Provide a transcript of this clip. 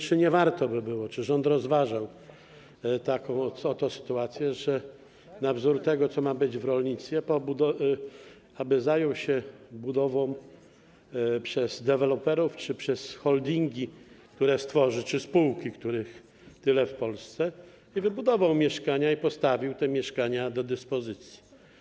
Czy nie warto by było, czy rząd rozważał taką sytuację, na wzór tego, co ma być w rolnictwie, zająć się budową przez deweloperów czy przez holdingi, które stworzy, czy spółki, których jest tyle w Polsce, by wybudować mieszkania i postawić te mieszkania do dyspozycji?